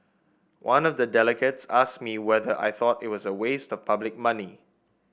one of the delegates asked me whether I thought it was a waste of public money